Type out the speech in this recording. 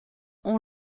ont